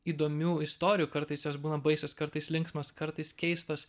įdomių istorijų kartais jos būna baisios kartais linksmos kartais keistos